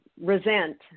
resent